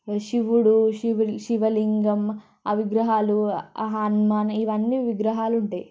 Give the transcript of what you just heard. శివుడూ శివుడు శివలింగం ఆ విగ్రహాలు ఆ హనుమాన్ ఇవన్నీ విగ్రహాలు ఉంటాయి